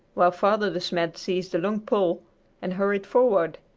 while father de smet seized a long pole and hurried forward.